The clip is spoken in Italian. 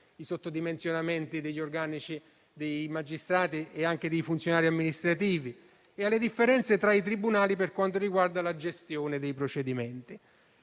i sottodimensionamenti degli organici dei magistrati e anche dei funzionari amministrativi, alle differenze tra i tribunali per quanto riguarda la gestione dei procedimenti.